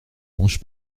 mange